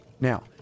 Now